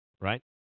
right